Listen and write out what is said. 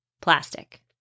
plastic